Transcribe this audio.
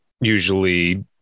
usually